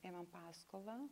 ėmėm paskolą